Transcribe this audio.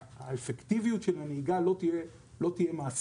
האפקטיביות של הנהיגה לא תהיה מעשית.